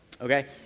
okay